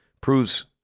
proves